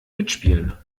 mitspielen